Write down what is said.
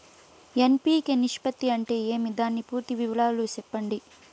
NPK నిష్పత్తి అంటే ఏమి దాని పూర్తి వివరాలు సెప్పండి?